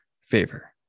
favor